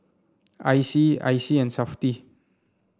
I C I C and Safti